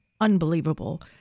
unbelievable